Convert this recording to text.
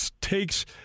takes